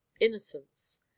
innocence